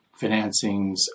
financings